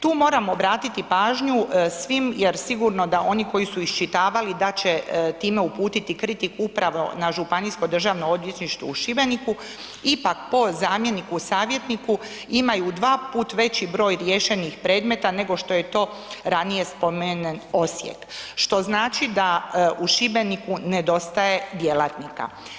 Tu moram obratiti pažnju svim jer sigurno da oni koji su iščitavali da će time uputiti kritiku upravo na Županijsko državno odvjetništvo u Šibeniku, ipak po zamjeniku, savjetniku imaju dva puta veći broj riješenih predmeta nego što je to ranije spomenut Osijek što znači da u Šibeniku nedostaje djelatnika.